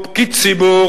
ציבור, פקיד ציבור,